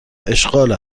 اشغال